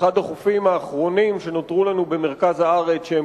אחד החופים האחרונים שנותרו לנו במרכז הארץ שהם